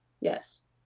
Yes